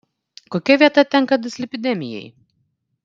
kokia vieta tenka dislipidemijai